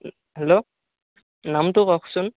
hello নামটো কওকচোন